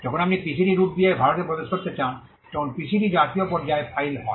যখন আপনি PCT route দিয়ে ভারতে প্রবেশ করতে চান তখন পিসিটি জাতীয় পর্যায়ে ফাইল হয়